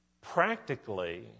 Practically